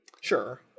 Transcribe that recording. Sure